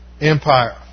empire